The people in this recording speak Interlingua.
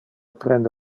prende